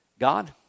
God